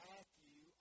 Matthew